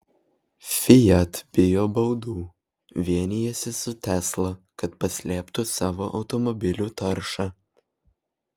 fiat bijo baudų vienijasi su tesla kad paslėptų savo automobilių taršą